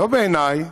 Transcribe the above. לא בעיניי.